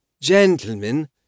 Gentlemen